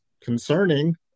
concerning